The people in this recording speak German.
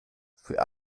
für